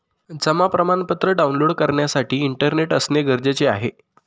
जमा प्रमाणपत्र डाऊनलोड करण्यासाठी इंटरनेट असणे गरजेचे आहे